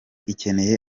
ikeneye